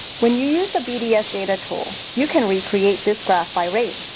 when you use the bds data tool you can recreate this graph by rate.